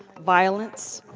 violence,